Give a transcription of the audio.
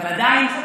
אבל עדיין,